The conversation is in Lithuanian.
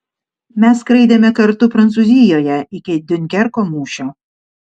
mes skraidėme kartu prancūzijoje iki diunkerko mūšio